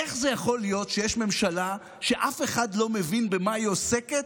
איך זה יכול להיות שיש ממשלה שאף אחד לא מבין במה היא עוסקת,